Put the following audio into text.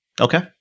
Okay